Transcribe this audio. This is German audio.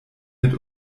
mit